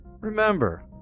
Remember